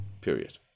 Period